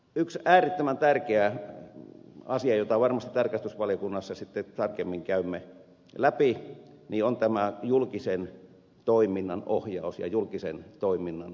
yksi äärettömän tärkeä asia jota varmasti tarkastusvaliokunnassa sitten tarkemmin käymme läpi on tämä julkisen toiminnan ohjaus ja julkisen toiminnan johtaminen